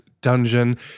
dungeon